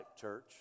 church